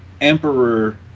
Emperor